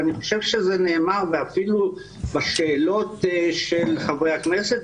ואני חושב שזה נאמר ואפילו בשאלות של חברי הכנסת,,